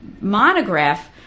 monograph